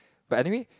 but anyway